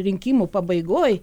rinkimų pabaigoj